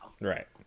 right